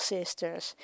Sisters